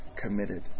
committed